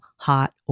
hot